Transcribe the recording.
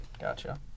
Gotcha